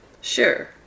Sure